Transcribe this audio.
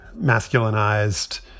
masculinized